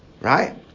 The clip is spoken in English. Right